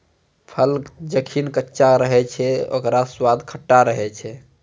फल जखनि कच्चा रहै छै, ओकरौ स्वाद खट्टा रहै छै